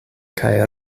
kaj